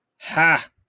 Ha